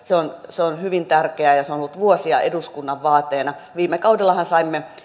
se on hyvin tärkeä ja se on ollut vuosia eduskunnan vaateena viime kaudellahan saimme